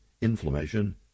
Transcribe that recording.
inflammation